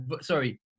sorry